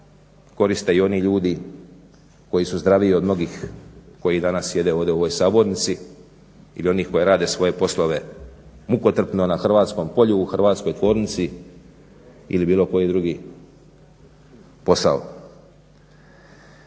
koriste i oni ljudi koji su zdraviji od mnogih koji danas sjede ovdje u ovoj sabornici ili onih koji rade svoje poslove mukotrpno na hrvatskom polju, u hrvatskoj tvornici ili bilo koji drugi posao.